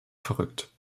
verrückt